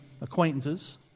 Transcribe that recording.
acquaintances